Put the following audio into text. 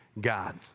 God